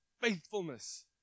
faithfulness